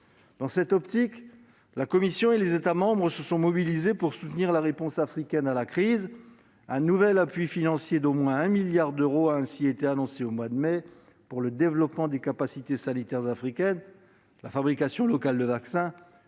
Dans cette optique, la Commission européenne et les États membres se sont mobilisés pour conforter la réponse africaine à la crise. Un nouvel appui financier d'au moins 1 milliard d'euros a ainsi été annoncé au mois de mai dernier pour soutenir le développement des capacités sanitaires africaines, la fabrication locale de vaccins